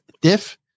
diff